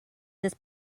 this